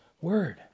word